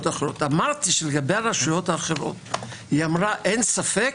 לגבי הרשויות האחרות היא אמרה: אין ספק.